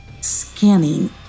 scanning